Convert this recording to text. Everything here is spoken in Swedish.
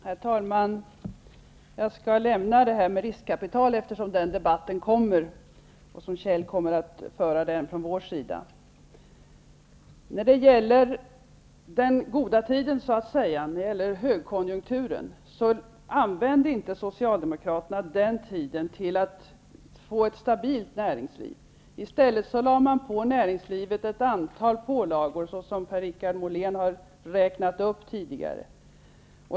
Herr talman! Jag skall lämna frågan om riskkapital eftersom den debatten kommer. Kjell Ericsson kommer att föra den från vår sida. Socialdemokraterna använde inte den goda tiden, högkonjunkturen, till att skapa ett stabilt näringsliv. I stället lade man på näringslivet ett antal pålagor, vilket Per-Richard Molén har räknat upp tidigare.